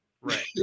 right